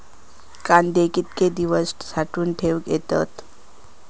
कांदे कितके दिवस साठऊन ठेवक येतत?